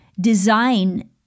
design